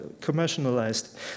commercialized